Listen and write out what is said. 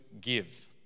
give